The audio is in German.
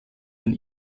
den